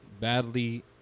badly